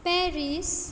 Paris